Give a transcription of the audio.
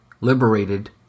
Liberated